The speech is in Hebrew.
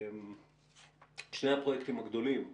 שני הפרויקטים הגדולים,